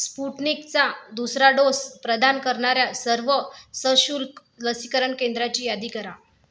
स्पुटनिकचा दुसरा डोस प्रदान करणाऱ्या सर्व सशुल्क लसीकरण केंद्रांची यादी करा